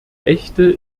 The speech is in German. echte